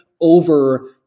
over